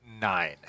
Nine